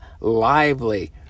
lively